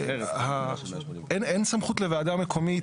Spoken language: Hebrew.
אין סמכות לוועדה מקומית,